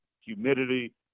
humidity